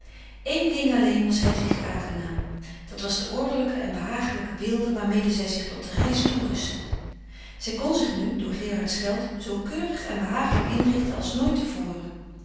eén ding alleen was hedwig aangenaam dat was de ordelijke en behagelijke weelde waarmede zij zich tot de reis toerustte zij kon zich nu door gerards geld zoo keurig en behagelijk inrichten als nooit